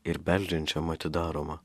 ir beldžiančiam atidaroma